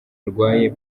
arwaye